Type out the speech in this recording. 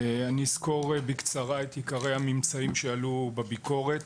אני אסקור בקצרה את עיקרי הממצאים שעלו בביקורת.